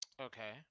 Okay